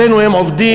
עלינו הם עובדים,